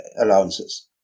allowances